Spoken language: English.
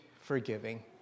forgiving